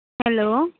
hello